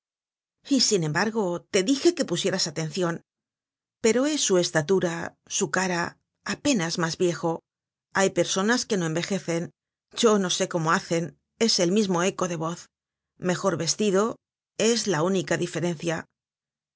y sin embargo te dije que pusieras atencion pero es su estatura su cara apenas mas viejo hay personas que no envejecen yo no sé cómo hacen es el mismo eco de voz mejor vestido es la única diferencia